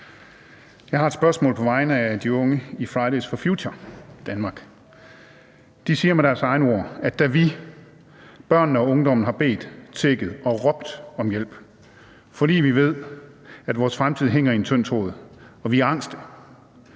Jeg har et spørgsmål på vegne af de unge i Fridays for Future Denmark. De siger med deres egne ord, at da vi, børnene og ungdommen, har bedt, tigget og råbt om hjælp, fordi vi ved, at vores fremtid hænger i en tynd tråd, og vi er angste,